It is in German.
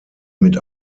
mit